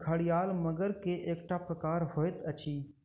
घड़ियाल मगर के एकटा प्रकार होइत अछि